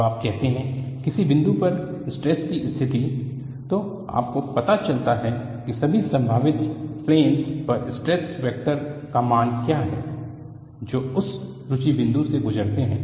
जब आप कहते हैं किसी बिंदु पर स्ट्रेस की स्थिति तो आपको पता चलता है कि सभी संभावित प्लेनस पर स्ट्रेस वेक्टर का मान क्या है जो उस रुचि बिंदु से गुजरते हैं